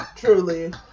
Truly